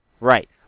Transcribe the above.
Right